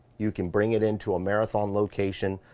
you can bring it in to a marathon location,